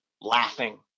laughing